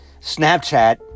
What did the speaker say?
Snapchat